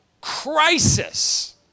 crisis